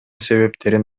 себептерин